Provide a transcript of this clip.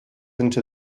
into